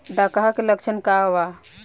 डकहा के लक्षण का वा?